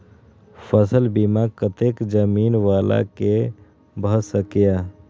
फसल बीमा कतेक जमीन वाला के भ सकेया?